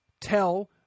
tell